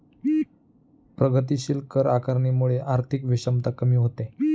प्रगतीशील कर आकारणीमुळे आर्थिक विषमता कमी होते